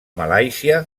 malàisia